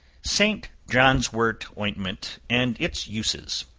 st. johnswort ointment, and its uses.